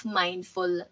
mindful